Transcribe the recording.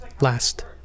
last